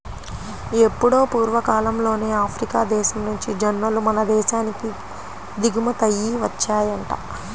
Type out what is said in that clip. ఎప్పుడో పూర్వకాలంలోనే ఆఫ్రికా దేశం నుంచి జొన్నలు మన దేశానికి దిగుమతయ్యి వచ్చాయంట